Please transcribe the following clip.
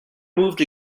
moved